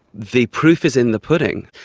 the proof is in the pudding.